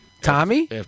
Tommy